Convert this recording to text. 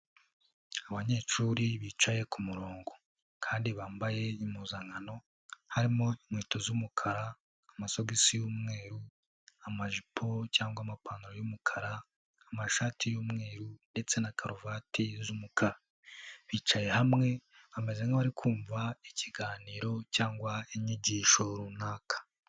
Abanyeshuri bicaye ku murongo kandi bambaye impuzankano, harimo inkweto z'umukara, amasogisi y'umweru, amajipo cyangwa amapantaro y'umukara, amashati y'umweru ndetse na karuvati z'umukara, bicaye hamwe, bameze nk'abari kumva ikiganiro cyangwa inyigisho runaka.